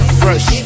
fresh